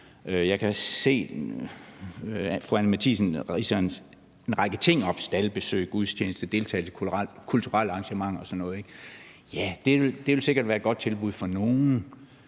Jeg kan se, at fru Anni Matthiesen ridser en række ting som staldbesøg, gudstjeneste, deltagelse i kulturelle arrangementer og sådan noget op, ikke? Ja, det ville sikkert været et godt tilbud for nogle,